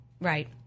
Right